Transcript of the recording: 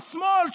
השמאל,